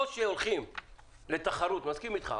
אני מסכים אתך.